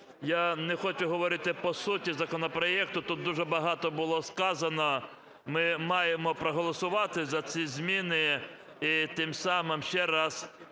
Я не хочу говорити по суті законопроекту, тут дуже багато було сказано. Ми маємо проголосувати за ці зміни, і тим самим ще раз